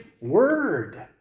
word